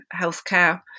healthcare